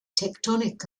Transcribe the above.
tectonic